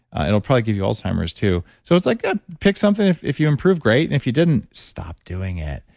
it will probably give you alzheimer's, too. so, it's like, yeah. ah pick something. if if you improve, great. and if you didn't, stop doing it.